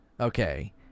Okay